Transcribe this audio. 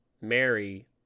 Mary